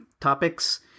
topics